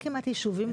באותם מקרים שיש אפליה,